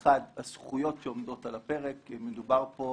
אחד הזכויות שעומדות על הפרק, כי מדובר פה